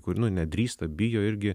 kur nu nedrįsta bijo irgi